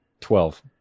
Twelve